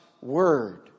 word